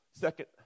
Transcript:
Second